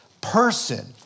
person